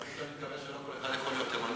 חשבתי שאתה מתכוון שלא כל אחד יכול להיות תימני.